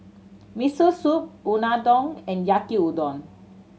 Miso Soup Unadon and Yaki Udon